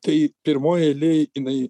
tai pirmoj eilėj jinai